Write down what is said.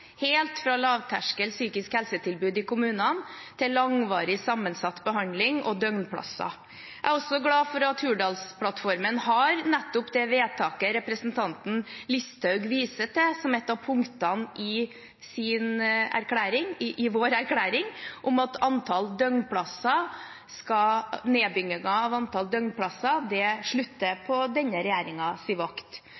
helt fra lavterskel psykisk helsetilbud i kommunene til langvarig sammensatt behandling og døgnplasser. Jeg er også glad for at Hurdalsplattformen har nettopp det vedtaket representanten Listhaug viser til, som ett av punktene: at nedbyggingen av antall døgnplasser slutter på denne regjeringens vakt. Så vil vi trappe opp dette, og i det